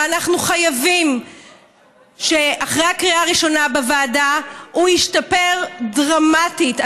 אבל אנחנו חייבים שאחרי הקריאה הראשונה בוועדה הוא ישתפר דרמטית.